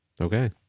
Okay